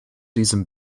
diesem